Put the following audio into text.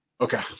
Okay